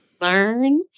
learn